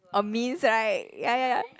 a means right ya ya ya